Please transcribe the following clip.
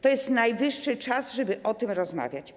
To jest najwyższy czas, żeby o tym rozmawiać.